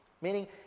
Meaning